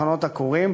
מחנות עקורים.